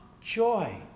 joy